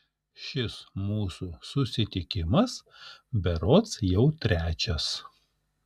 šis mūsų susitikimas berods jau trečias